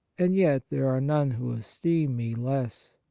and yet there are none who esteem me less!